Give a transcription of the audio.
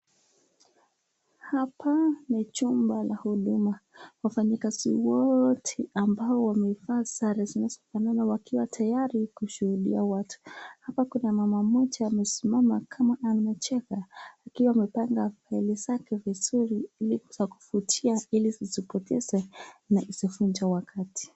Hapa ni chumba la huduma, wafanyikazi wote ambao wamevaa sare zinazofanana wakiwa tayari kushuhudia watu. Hapa kuna mama mmoja amesimama kama anacheka, akiwa amepanga faili zake vizuri ili za kuvutia ili zisipoteze na isivunje wakati.